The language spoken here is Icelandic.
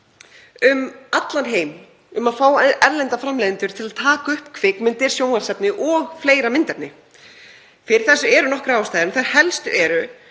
um allan heim um að fá erlenda framleiðendur til að taka upp kvikmyndir, sjónvarpsefni og annað myndefni. Fyrir þessu eru nokkrar ástæður en þær helstu eru